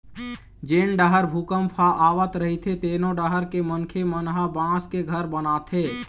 जेन डहर भूपंक ह आवत रहिथे तेनो डहर के मनखे मन ह बांस के घर बनाथे